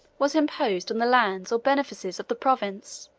was imposed on the lands or benefices of the province